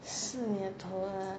四你的头啊